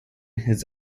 his